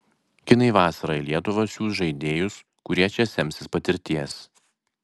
kinai vasarą į lietuvą siųs žaidėjus kurie čia semsis patirties